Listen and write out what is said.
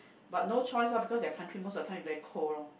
but no choice loh because their country most of the time is very cold loh